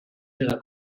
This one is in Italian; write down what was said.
nella